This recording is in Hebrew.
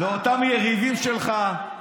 אותם יריבים שלך,